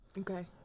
Okay